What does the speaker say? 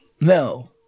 No